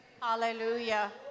Hallelujah